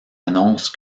annonce